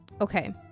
Okay